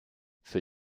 für